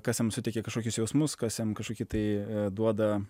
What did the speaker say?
kas jam suteikia kažkokius jausmus kas jam kažkokį tai duoda